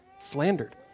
slandered